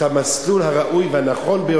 את המסלול הראוי והנכון ביותר.